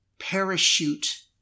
Parachute